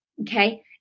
Okay